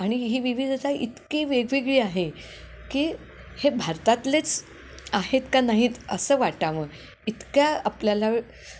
आणि ही विविधता इतकी वेगवेगळी आहे की हे भारतातलेच आहेत का नाहीत असं वाटाव इतक्या आपल्याला